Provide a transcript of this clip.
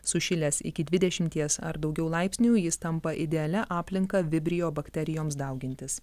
sušilęs iki dvidešimties ar daugiau laipsnių jis tampa idealia aplinka vibrio bakterijoms daugintis